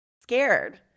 scared